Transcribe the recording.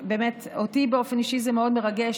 אותי באופן אישי זה מאוד מרגש.